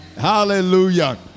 Hallelujah